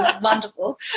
wonderful